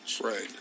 Right